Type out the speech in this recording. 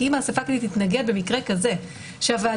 כי אם האסיפה הכללית תתנגד במקרה כזה שוועדת